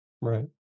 Right